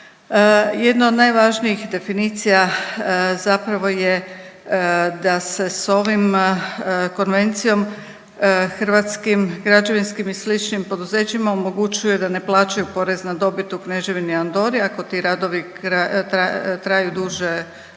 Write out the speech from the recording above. Jedna od najvažnijih definicija zapravo je da se sa ovom konvencijom hrvatskim građevinskim i sličnim poduzećima omogućuje da ne plaćaju porez na dobit u Kneževini Andori. Ako ti radovi traju duže, odnosno